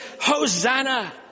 Hosanna